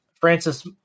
Francis